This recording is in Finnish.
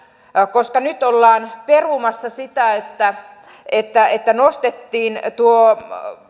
koska nyt ollaan perumassa sitä että että nostettiin tuo